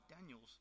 Daniel's